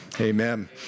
Amen